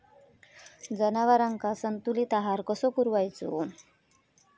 जनावरांका संतुलित आहार कसो पुरवायचो?